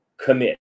Commit